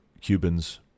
Cubans